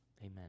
Amen